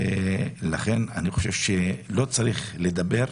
לכן אני חושב שלא צריך לדבר,